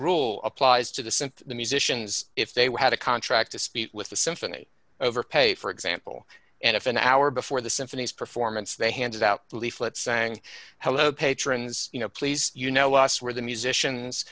rule applies to the synth the musicians if they had a contract to speak with the symphony over pay for example and if an hour before the symphonies performance they handed out leaflets saying hello patrons you know please you know us where the musicians